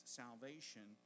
salvation